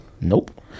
Nope